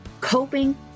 coping